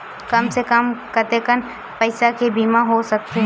कम से कम कतेकन पईसा के बीमा हो सकथे?